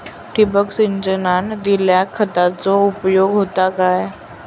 ठिबक सिंचनान दिल्या खतांचो उपयोग होता काय?